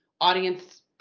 audience